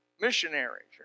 Missionaries